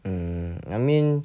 um I mean